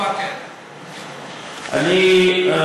לא, אני לא מוותר.